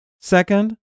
Second